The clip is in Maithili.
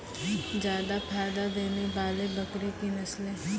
जादा फायदा देने वाले बकरी की नसले?